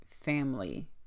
family